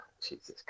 Jesus